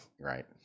right